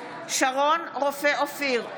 שרון רופא אופיר,